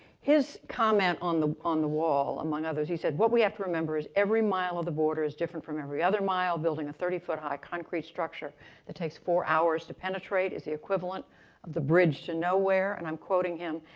his comment on on the wall, among others, he said what we have to remember is every mile of the border is different from every other mile. building a thirty foot high concrete structure that takes four hours to penetrate is the equivalent of the bridge to nowhere. and i'm quoting him.